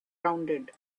rounded